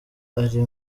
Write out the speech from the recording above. ari